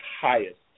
highest